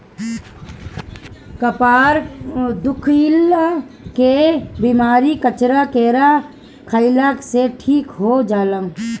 कपार दुखइला के बेमारी कच्चा केरा खइला से ठीक हो जाला